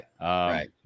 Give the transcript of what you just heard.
right